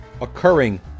occurring